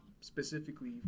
specifically